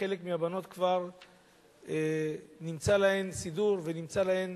לחלק מהבנות כבר נמצא סידור ונמצא להן